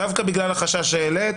דווקא בגלל החשש שהעלית.